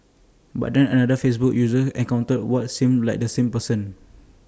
but then another Facebook user encountered what seemed like the same person